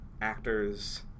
actors